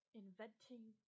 inventing